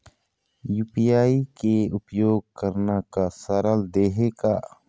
UPI के उपयोग करना का सरल देहें का?